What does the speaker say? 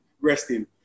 resting